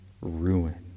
ruin